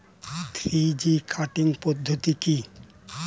Three G cutting পদ্ধতি কি?